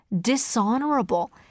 dishonorable